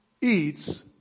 eats